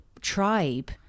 tribe